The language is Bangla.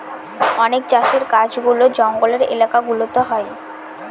অনেক চাষের কাজগুলা জঙ্গলের এলাকা গুলাতে হয়